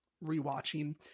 re-watching